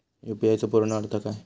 UPI चो पूर्ण अर्थ काय?